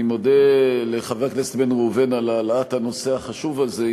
אני מודה לחבר הכנסת בן ראובן על העלאת הנושא החשוב הזה,